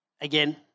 again